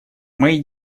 мои